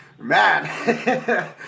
Man